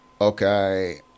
okay